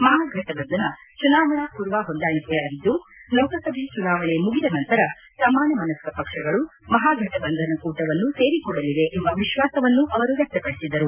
ಮಹಾಘಟ ಬಂಧನ ಚುನಾವಣಾ ಪೂರ್ವ ಹೊಂದಾಣಿಕೆಯಾಗಿದ್ದು ಲೋಕಸಭೆ ಚುನಾವಣೆ ಮುಗಿದ ನಂತರ ಸಮಾನ ಮನಸ್ಕ ಪಕ್ಷಗಳು ಮಹಾಘಟಬಂಧನ ಕೂಟವನ್ನು ಸೇರಿಕೊಳ್ಳಲಿವೆ ಎಂಬ ವಿಶ್ವಾಸವನ್ನು ಅವರು ವ್ಯಕ್ತಪಡಿಸಿದರು